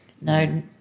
no